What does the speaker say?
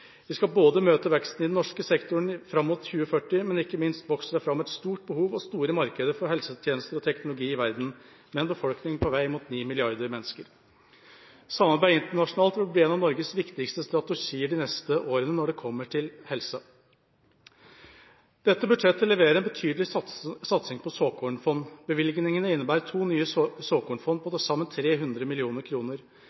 Vi skal møte veksten i den norske sektoren fram mot 2040. Ikke minst vokser det fram et stort behov og store markeder for helsetjenester og teknologi i verden, med en befolkning på vei mot 9 milliarder mennesker. Samarbeid internasjonalt vil bli en av Norges viktigste strategier de neste årene når det kommer til helse. Dette budsjettet leverer en betydelig satsing på såkornfond. Bevilgningene innebærer to nye såkornfond på